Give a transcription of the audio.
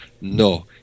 no